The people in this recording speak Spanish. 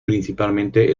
principalmente